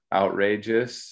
outrageous